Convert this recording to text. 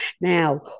Now